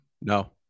no